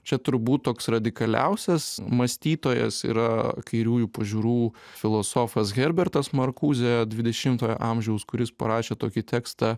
čia turbūt toks radikaliausias mąstytojas yra kairiųjų pažiūrų filosofas herbertas markuzė dvidešimtojo amžiaus kuris parašė tokį tekstą